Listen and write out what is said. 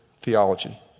theology